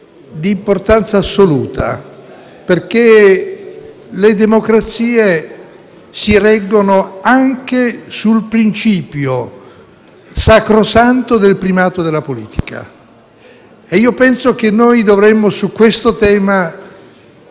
d'importanza assoluta, perché le democrazie si reggono anche sul principio sacrosanto del primato della politica e io penso che su questo tema